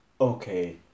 Okay